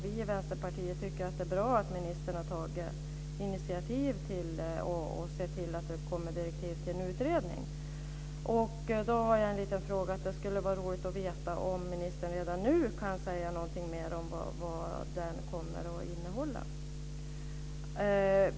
Vi i Vänsterpartiet tycker att det är bra att ministern har tagit initiativ till att utfärda direktiv till en utredning. Det skulle vara intressant om ministern redan nu kunde säga lite mer om vad utredningen kommer att innehålla.